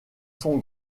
son